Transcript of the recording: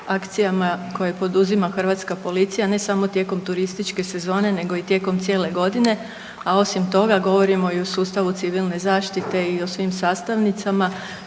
akcijama koje poduzima Hrvatska policija ne samo tijekom turističke sezone nego i tijekom cijele godine a osim toga, govorimo i o sustavu civilne zaštite i o svim sastavnicama